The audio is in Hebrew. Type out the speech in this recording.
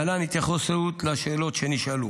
להלן התייחסות לשאלות שנשאלו: